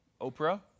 Oprah